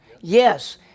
Yes